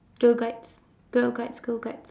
girl guides girl guides girl guides